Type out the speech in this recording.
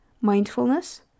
mindfulness